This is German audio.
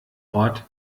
ort